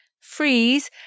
freeze